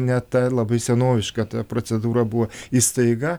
ne ta labai senoviška ta procedūra buvo ir staiga